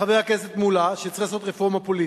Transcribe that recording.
חבר הכנסת מולה שצריך לעשות רפורמה פוליטית.